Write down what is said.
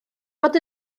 mod